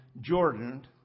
Jordan